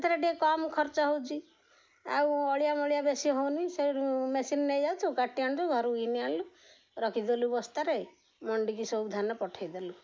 ସେଥିରେ ଟିକେ କମ ଖର୍ଚ୍ଚ ହେଉଛି ଆଉ ଅଳିଆ ମଳିଆ ବେଶୀ ହଉନି ସେଉଠୁ ମେସିନ୍ ନେଇ ଯାଉଛୁ କାଟି ଆଣଛୁ ଘରୁକୁ ଘିନି ଆଣିଲୁ ରଖିଦେଲୁ ବସ୍ତାରେ ମଣ୍ଡିକି ସବୁ ଧାନ ପଠାଇ ଦେଲୁ